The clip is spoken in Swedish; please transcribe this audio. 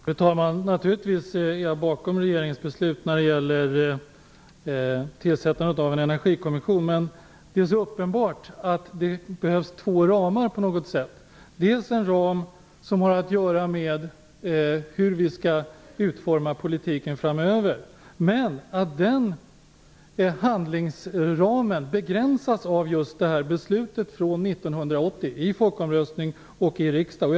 Fru talman! Naturligtvis står jag bakom regeringens beslut när det gäller tillsättandet av en energikommission. Men det är uppenbart att det behövs två ramar. Först och främst en ram som rör hur politiken skall utformas framöver. Men den handlingsramen begränsas av beslutet i folkomröstningen och riksdagen från 1980.